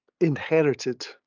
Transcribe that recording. inherited